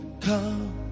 come